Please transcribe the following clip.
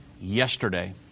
yesterday